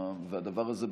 הדבר הזה,